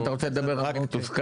אם אתה רוצה לדבר על מתוסכל,